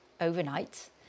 overnight